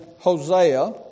Hosea